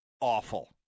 awful